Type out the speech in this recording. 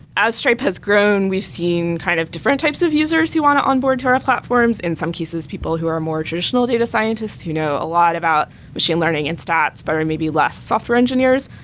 as stripe has grown, we've seen kind of different types of users who want to onboard to our platforms. in some cases, people who are more traditional data scientists who know a lot about machine learning and stats, but are maybe less software engineers.